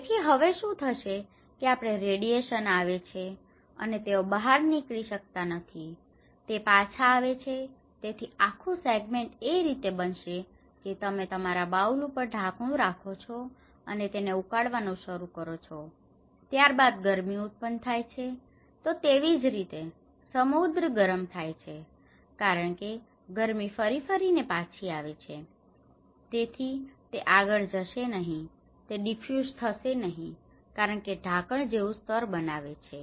તેથી હવે હવે શું થશે કે આપણે રેડિએશન આવે છે અને તેઓ બહાર નીકળી શકતા નથી તે પાછા આવે છે તેથી આ આખું સેગ્મેન્ટ એ રીતે બનશે કે તમે તમારા બાઉલ ઉપર ઢાંકણ રાખો ચો અને તેને ઉકાળવાનું શરુ કરો છો ત્યારબાદ ગરમી ઉત્પન્ન થાય છે તેથી તેવીજ રીતે સમુદ્ર ગરમ થાય છે બરાબર કારણ કે ગરમી ફરી ફરી ને પાછી આવે છે તેથી તે આગળ જશે નહિ તે ડિફ્યુઝ થશે નહિ કારણ કે તે ઢાંકણ જેવું સ્તર બનાવે છે